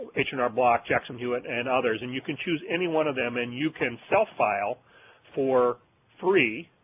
h and r block, jackson hewitt and others. and you can choose anyone of them and you can self-file for free